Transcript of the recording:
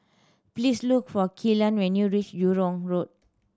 please look for Kellan when you reach Jurong Road